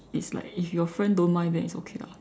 it's like if your friend don't mind then it's okay lah